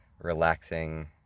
relaxing